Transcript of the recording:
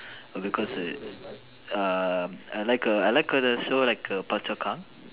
because err I like a I like a show like a Phua-Chu-Kang